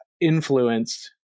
influenced